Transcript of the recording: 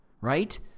right